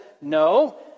no